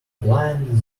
blind